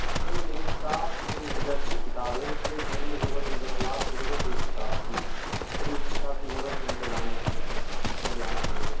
نہیں مجھے کتاب درسی کتاب ہے اس لیے گھر میں ضرورت مطلب کلاس میں ضرورت ہے اس کتاب کی اس لیے اس کتاب کی ضرورت ہے ہم کو لانے کی گھر لانا پڑے گا